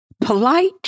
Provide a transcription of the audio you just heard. Polite